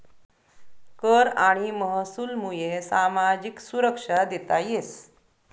कर आणि महसूलमुये सामाजिक सुरक्षा देता येस